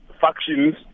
factions